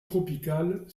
tropicales